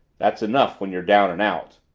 that's enough when you're down and out.